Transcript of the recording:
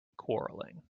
quarrelling